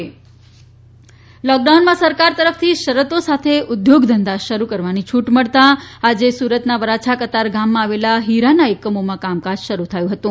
Surat lockdown લોકડાઉનમાં સરકાર તરફથી શરતો સાથે ઉદ્યોગધંધા શરૂ કરવાની છુટ મળતા આજે વરાછા કતારગામમાં આવેલા હીરાના એકમોમાં કામકાજ શરૂ થયું હતું